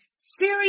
Siri